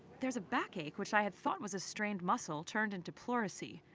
there's a backache, which i had thought was a strained muscle, turned into pleurisy.